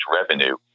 revenue